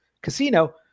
Casino